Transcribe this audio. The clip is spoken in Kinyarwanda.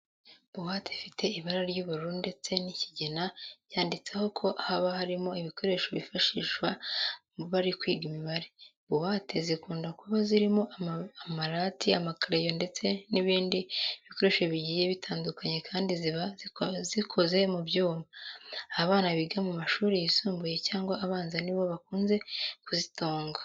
Buwate ifite ibara ry'ubururu ndetse n'ikigina yanditseho ko haba harimo ibikoresho bifashisha bari kwiga imibare. Buwate zikunda kuba zirimo amarati, amakereyo ndetse n'ibindi bikoresho bigiye bitandukanye kandi ziba zikoze mu byuma. Abana biga mu mashuri yisumbuye cyangwa abanza ni bo bakunda kuzitunga.